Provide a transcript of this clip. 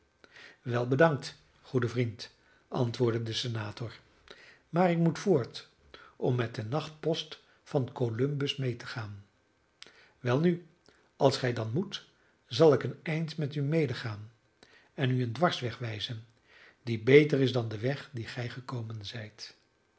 wel bedankt goede vriend antwoordde de senator maar ik moet voort om met de nachtpost van columbus mee te gaan welnu als gij dan moet zal ik een eind met u medegaan en u een dwarsweg wijzen die beter is dan de weg dien gij gekomen zijt